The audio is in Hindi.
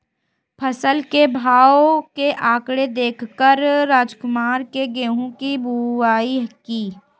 फसल के भाव के आंकड़े देख कर रामकुमार ने गेहूं की बुवाई की